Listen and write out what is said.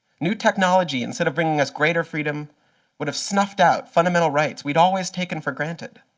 new technology, instead of bringing us greater freedom would have snuffed out fundamental rights we'd always taken for granted.